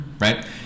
right